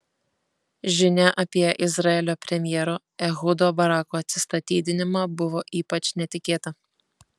žinia apie izraelio premjero ehudo barako atsistatydinimą buvo ypač netikėta